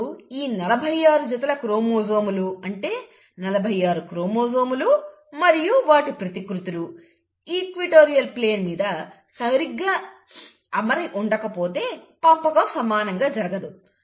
ఇప్పుడు ఈ నలభై ఆరు జతల క్రోమోజోములు అంటే 46 క్రోమోజోములు మరియు వాటి ప్రతి కృతులు ఈక్విటోరియల్ ప్లేన్ మీద సరిగ్గా అమరి ఉండకపోతే పంపకం సమానంగా జరుగదు